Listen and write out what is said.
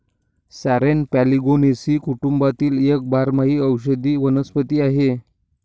sorrel Polygonaceae कुटुंबातील एक बारमाही औषधी वनस्पती आहे